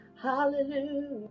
hallelujah